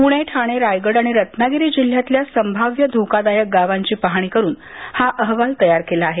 पुणे ठाणे रायगड आणि रत्नागिरी जिल्ह्यातल्या संभाव्य धोकादायक गावांची पाहणी करून हा अहवाल तयार केला आहे